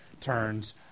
turns